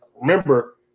Remember